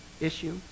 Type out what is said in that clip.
issue